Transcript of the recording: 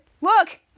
Look